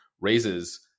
raises